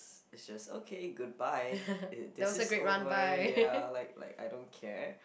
it's just okay goodbye it this is over ya like like I don't care